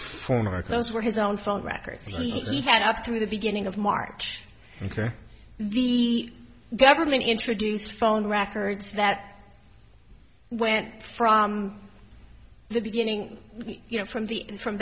our clothes were his own phone records he had up to the beginning of march ok the government introduced phone records that went from the beginning you know from the from